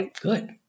Good